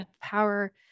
power